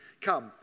come